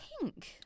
pink